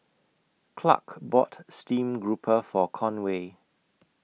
Clark bought Stream Grouper For Conway